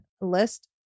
list